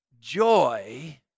joy